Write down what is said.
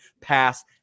pass